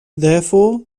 therefore